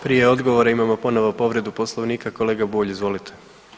Prije odgovora imamo ponovo povredu Poslovnika, kolega Bulj, izvolite.